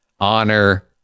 Honor